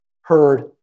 heard